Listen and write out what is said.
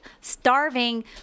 starving